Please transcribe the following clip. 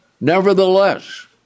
nevertheless